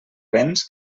béns